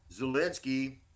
Zelensky